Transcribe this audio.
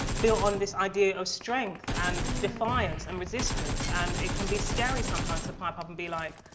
built on this idea of strength and defiance and resistance and it can be scary sometimes to pop up and be like,